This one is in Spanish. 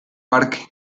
parque